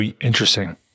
Interesting